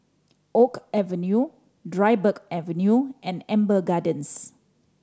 Oak Avenue Dryburgh Avenue and Amber Gardens